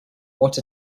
what